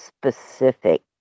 specific